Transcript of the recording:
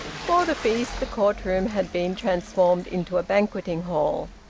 for the feast, the court-room had been transformed into a banqueting hall,